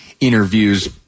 interviews